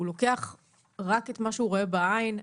הוא לוקח רק את מה שהוא רואה בעין?